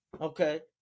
Okay